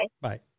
Bye